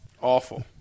Awful